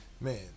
man